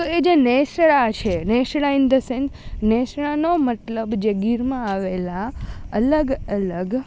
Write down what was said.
તો એ જે નેસડા છે નેસડા ઇન ધ સેન્સ નેસડાનો મતલબ જે ગીરમાં આવેલા અલગ અલગ